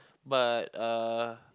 but uh